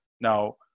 Now